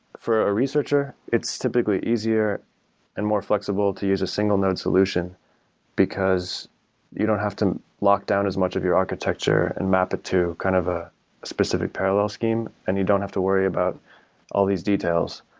for a researcher, it's typically easier and more flexible to use a single node solution because you don't have lock down as much of your architecture and map it to kind of a specific parallel scheme and you don't have to worry about all these details.